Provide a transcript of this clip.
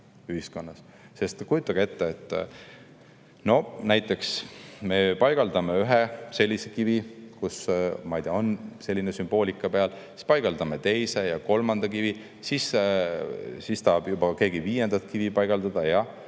uusi konflikte. Sest kujutage ette, kui me näiteks paigaldame ühe sellise kivi, kus on selline sümboolika peal, siis paigaldame teise ja kolmanda kivi, ja siis tahab juba keegi viiendat kivi paigaldada ja